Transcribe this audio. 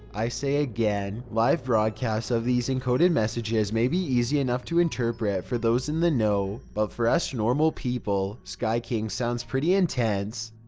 i say again. live broadcasts of these encoded messages may be easy enough to interpret for those in-the-know but for us normal people, skyking sounds pretty intense.